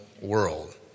world